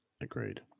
Agreed